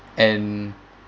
and